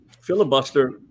filibuster